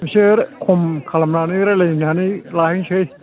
एसे खम खालामनानै रायज्लायनानै लाहैनोसै